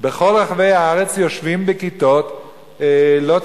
בכל רחבי הארץ יושבים בכיתות לא תקינות.